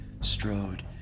strode